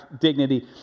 dignity